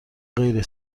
غیر